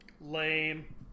Lame